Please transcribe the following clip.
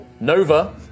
Nova